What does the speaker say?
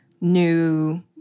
new